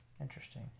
interesting